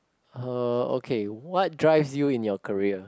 uh okay what drives you in your career